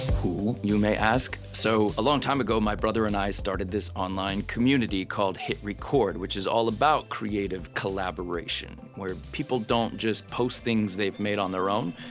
who, you may ask. so a long time ago my brother and i started this online community called hitrecord, which is all about creative collaboration, where people don't just post things they've made on our own.